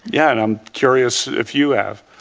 yeah, and i'm curious if you have.